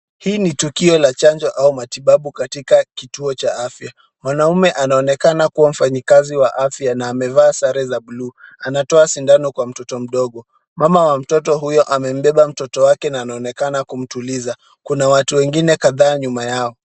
Hii ni tukio la chanjo au matibabu katika kituo cha afya. Mwanaume anaonekana kuwa mfanyikazi wa afya na amevaa sare za buluu. Anatoa sindano kwa mtoto mdogo. Mama wa mtoto huyo amembeba mtoto wake na anaonekana kumtuliza. Kuna watu wengine kadhaa nyuma yao